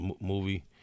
movie